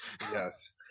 Yes